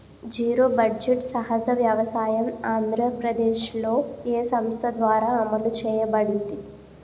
Zero budget సహజ వ్యవసాయం ఆంధ్రప్రదేశ్లో, ఏ సంస్థ ద్వారా అమలు చేయబడింది?